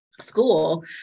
school